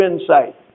insight